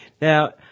Now